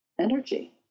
energy